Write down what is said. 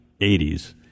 80s